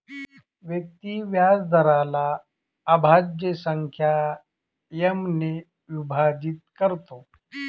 व्यक्ती व्याजदराला अभाज्य संख्या एम ने विभाजित करतो